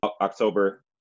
October